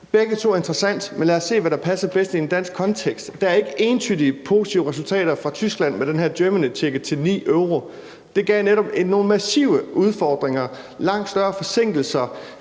Begge to er interessante, men lad os se, hvad der passer bedst i en dansk kontekst, og der er ikke entydige positive resultater fra Tyskland med den her Germany Ticket til 9 euro. For det gav netop nogle massive udfordringer, altså langt større forsinkelser